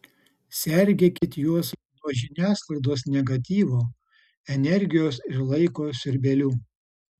sergėkit juos nuo žiniasklaidos negatyvo energijos ir laiko siurbėlių